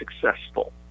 successful